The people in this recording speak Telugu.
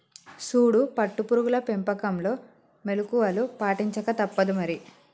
సూడు పట్టు పురుగుల పెంపకంలో మెళుకువలు పాటించక తప్పుదు మరి